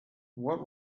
what